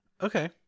Okay